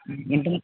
എന്നിട്ടും